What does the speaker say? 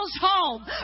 home